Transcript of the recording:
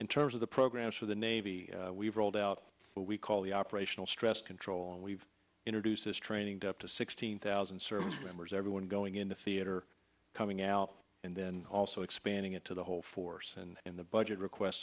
in terms of the programs for the navy we've rolled out what we call the operational stress control and we've introduced this training to up to sixteen thousand service members everyone going into theater coming out and then also expanding it to the whole force and in the budget request